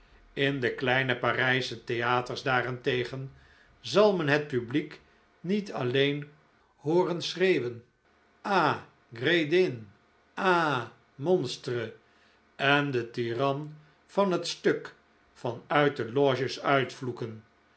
in de kleine parijsche theaters daarentegen zal men het publiek niet alleen hooren schreeuwen ah gredin ah monstre en den tiran van het stuk van uit de loges uitvloeken